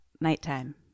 nighttime